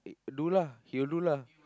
do lah he will do lah